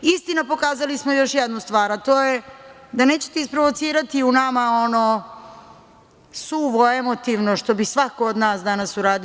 Istina, pokazali smo još jednu stvar, a to je da nećete isprovocirati u nama ono suvo, emotivno što bi svako od nas danas uradio.